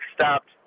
stopped